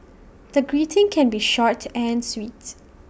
the greeting can be short and sweet